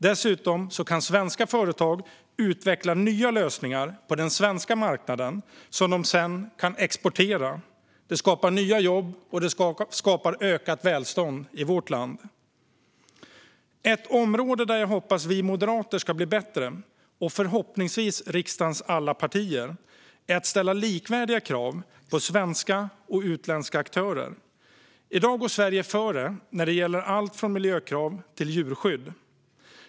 Dessutom kan svenska företag utveckla nya lösningar på den svenska marknaden som de sedan kan exportera. Detta skapar nya jobb och ökat välstånd i vårt land. Ett område där jag hoppas att vi moderater ska bli bättre, och förhoppningsvis alla riksdagens partier, är att ställa likvärdiga krav på svenska och utländska aktörer. I dag går Sverige före när det gäller allt från miljökrav till djurskydd.